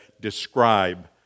describe